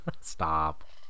Stop